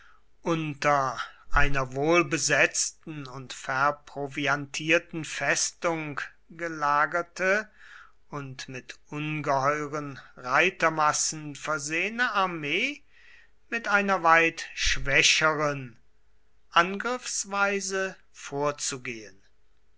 unter einer wohlbesetzten und verproviantierten festung gelagerte und mit ungeheuren reitermassen versehene armee mit einer weit schwächeren angriffsweise vorzugehen